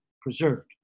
preserved